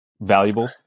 valuable